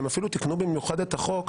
שהם אפילו תיקנו במיוחד את החוק,